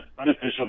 unofficial